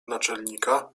naczelnika